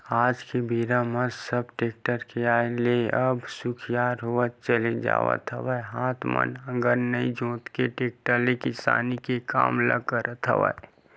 आज के बेरा म सब टेक्टर के आय ले अब सुखियार होवत चले जावत हवय हात म नांगर नइ जोंत के टेक्टर ले किसानी के काम ल करत हवय